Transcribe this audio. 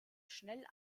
schnell